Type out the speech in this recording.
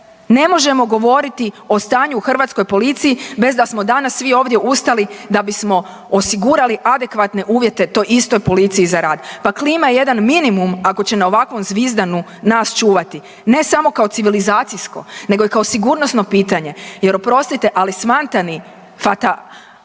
Ne možemo govoriti o stanju u hrvatskoj policiji bez da smo danas svi ovdje ustali da bismo osigurali adekvatne uvjete toj istoj policiji za rad. Pa klima je jedan minimum ako će na ovakvom zvizdanu nas čuvati ne samo kao civilizacijsko nego i kao sigurnosno pitanje jer oprostite ali smantani,